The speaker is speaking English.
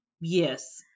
Yes